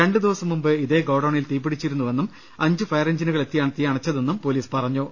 രണ്ടുദിവസം മുമ്പും ഇതേ ഗോഡൌ ണിൽ തീപിടിച്ചിരുന്നുവെന്നും അഞ്ചു ഫയർ എഞ്ചിനുകൾ എത്തിയാണ് തീ അണ ച്ചതെന്നും പൊലീസ് പറഞ്ഞു